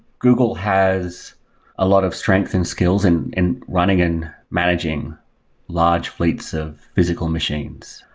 google has a lot of strength and skills and and running and managing large fleets of physical machines,